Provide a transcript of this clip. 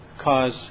cause